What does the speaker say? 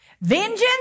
Vengeance